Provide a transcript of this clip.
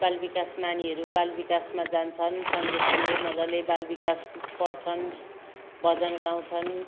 बाल विकास नानीहरू बाल विकासमा जान्छन् सन्डे सन्डे मजाले बाल विकास पढ्छ्न् भजन गाउँछन्